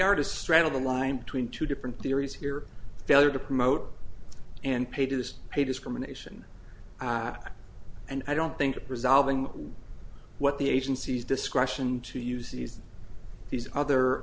are to straddle the line between two different theories here failure to promote and pay to this pay discrimination and i don't think resolving what the agency's discretion to use these these other